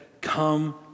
come